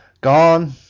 GONE